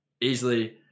Easily